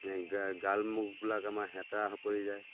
গাল মুখবিলাক আমাৰ শুতোৰা পৰি যায়